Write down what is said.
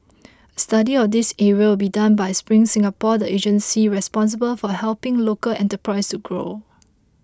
a study of these areas will be done by Spring Singapore the agency responsible for helping local enterprises grow